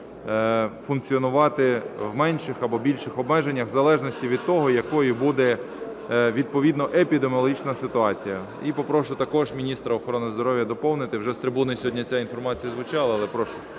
функціонувати в менших або більших обмеженнях, в залежності від того, якою буде відповідно епідеміологічна ситуація. І попрошу також міністра охорони здоров'я доповнити, вже з трибуни сьогодні ця інформація звучала, але прошу,